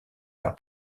par